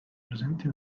presenti